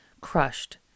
crushed